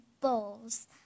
bowls